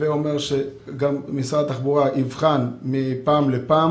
הווי אומר שמשרד התחבורה יבחן מפעם לפעם